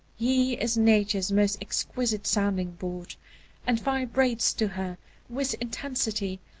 he is nature's most exquisite sounding-board and vibrates to her with intensity,